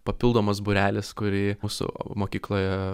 papildomas būrelis kurį mūsų mokykloje